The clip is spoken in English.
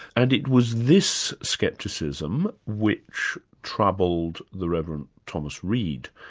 and it was this scepticism which troubled the reverend thomas reid.